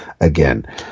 again